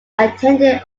attended